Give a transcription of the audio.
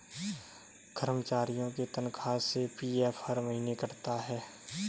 कर्मचारियों के तनख्वाह से पी.एफ हर महीने कटता रहता है